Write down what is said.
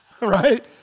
Right